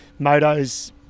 motos